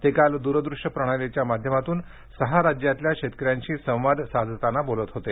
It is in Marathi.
ते काल द्रदृश्य प्रणालीच्या माध्यमातून सहा राज्यातल्या शेतकाऱ्यांशी संवाद साधताना बोलत होते